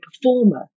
performer